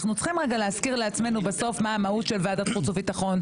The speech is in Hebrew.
אנחנו צריכים להזכיר לעצמנו בסוף מה המהות של ועדת חוץ וביטחון,